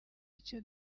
icyo